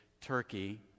Turkey